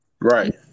right